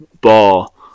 ball